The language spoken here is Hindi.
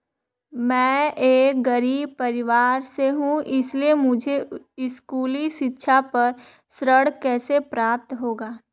मैं एक गरीब परिवार से हूं इसलिए मुझे स्कूली शिक्षा पर ऋण कैसे प्राप्त होगा?